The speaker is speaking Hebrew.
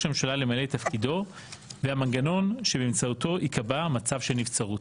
הממשלה למלא את תפקידו והמנגנון שבאמצעותו ייקבע מצב של נבצרות.